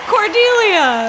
Cordelia